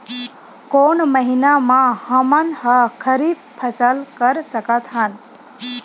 कोन महिना म हमन ह खरीफ फसल कर सकत हन?